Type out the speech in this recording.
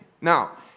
Now